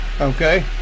Okay